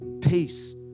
peace